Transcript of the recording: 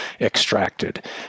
extracted